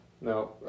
no